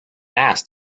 asked